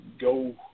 go